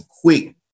quick